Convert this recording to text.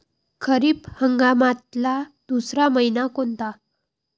खरीप हंगामातला दुसरा मइना कोनता?